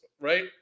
right